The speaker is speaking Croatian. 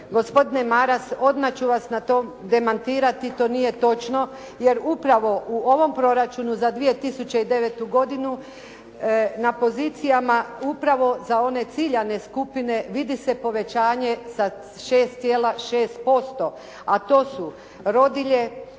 Gospodine Maras, odmah ću vas na to demantirati. To nije točno jer upravo u ovom proračunu za 2009. godinu na pozicijama upravo za one ciljane skupine vidi se povećanje sa 6,6% a to su rodilje,